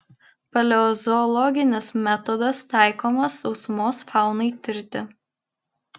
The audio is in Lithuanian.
paleozoologinis metodas taikomas sausumos faunai tirti